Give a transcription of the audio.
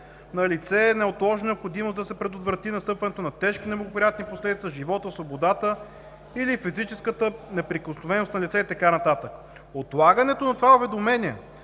„Налице е неотложна необходимост да се предотврати настъпването на тежки неблагоприятни последици за живота, свободата или физическата неприкосновеност на лице“ и така нататък. Отлагането на това уведомление